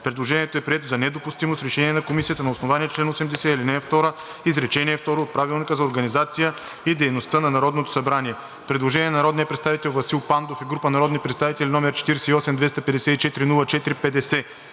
Предложението е прието за недопустимо с решение на Комисията на основание чл. 80. ал. 2, изречение второ от Правилника за организацията и дейността на Народното събрание. Предложение на народния представител Васил Пандов и група народни представители, № 48-254-04-50.